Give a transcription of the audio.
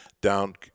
down